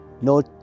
No